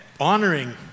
Honoring